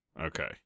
Okay